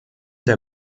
der